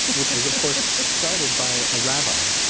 which was, of course started by a rabbi.